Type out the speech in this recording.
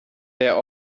der